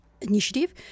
initiative